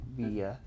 via